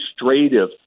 administrative